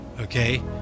okay